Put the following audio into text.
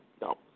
No